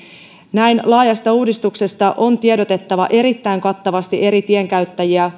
näin laajasta uudistuksesta on tiedotettava erittäin kattavasti eri tienkäyttäjiä